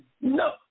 No